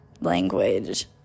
language